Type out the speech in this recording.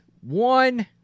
one